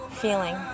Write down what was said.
feeling